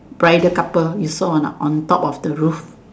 bridal couple you saw or not on top of the roof